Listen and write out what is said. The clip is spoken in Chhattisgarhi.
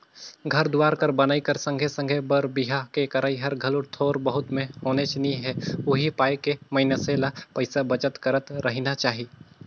घर दुवार कर बनई कर संघे संघे बर बिहा के करई हर घलो थोर बहुत में होनेच नी हे उहीं पाय के मइनसे ल पइसा बचत करत रहिना चाही